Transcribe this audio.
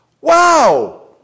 wow